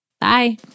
Bye